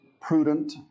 prudent